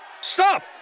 Stop